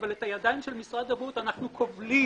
אבל את הידיים של משרד הבריאות אנחנו כובלים.